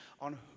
on